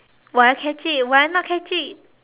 will I catch it will I not catch it